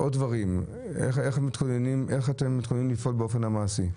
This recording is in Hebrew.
איך אתם מתכוננים לפעול באופן מעשי?